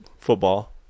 football